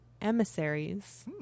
emissaries